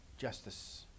justice